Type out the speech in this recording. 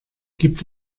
gibt